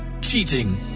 cheating